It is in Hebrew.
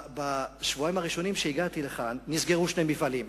בשבועיים הראשונים מאז הגעתי לכאן נסגרו שני מפעלים,